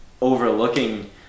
overlooking